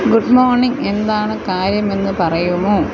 good morning എന്താണ് കാര്യമെന്ന് പറയുമോ